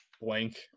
blank